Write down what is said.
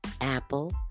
Apple